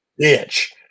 bitch